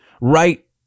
Right